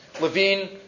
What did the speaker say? Levine